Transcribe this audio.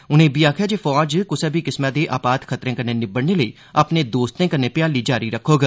उनें इब्बी आखेआ जे फौज कुसा बी किस्मै दे आपात खतरें कन्नै निब्बड़ने लेई अपने दोस्ते कन्नै भ्याली जारी रक्खोग